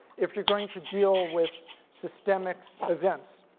if you're going to deal with systemic events.